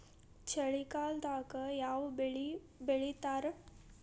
ಚಳಿಗಾಲದಾಗ್ ಯಾವ್ ಬೆಳಿ ಬೆಳಿತಾರ?